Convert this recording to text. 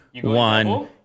one